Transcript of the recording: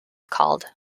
called